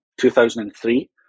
2003